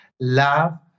love